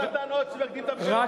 הוא נתן אות שנקדים את הבחירות.